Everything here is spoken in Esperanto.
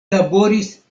laboris